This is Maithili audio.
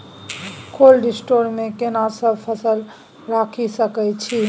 कोल्ड स्टोर मे केना सब फसल रखि सकय छी?